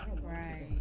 Right